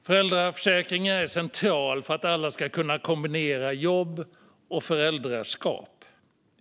Föräldraförsäkringen är central för att alla ska kunna kombinera jobb och föräldraskap.